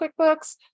QuickBooks